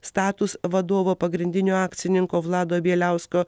status vadovo pagrindinio akcininko vlado bieliausko